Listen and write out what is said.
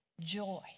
joy